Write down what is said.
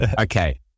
Okay